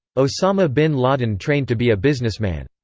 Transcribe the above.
osama bin laden trained to be a businessman.